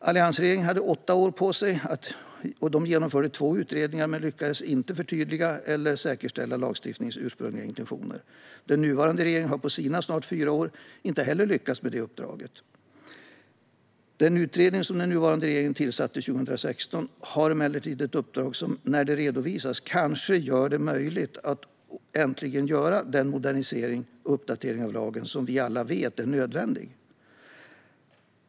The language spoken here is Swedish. Alliansregeringen hade åtta år på sig och genomförde två utredningar men lyckades inte förtydliga eller säkerställa lagstiftarens ursprungliga intentioner. Den nuvarande regeringen har på sina snart fyra år inte heller lyckats med uppdraget. Den utredning som den nuvarande regeringen tillsatte 2016 har emellertid ett uppdrag som, när det redovisas, kanske gör det möjligt att äntligen göra den modernisering och uppdatering av lagen som vi alla vet är nödvändig.